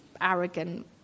arrogant